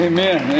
Amen